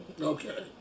Okay